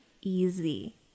easy